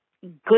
good